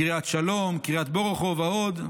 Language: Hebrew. קריית שלום, קריית בורוכוב ועוד.